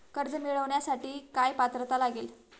कर्ज मिळवण्यासाठी काय पात्रता लागेल?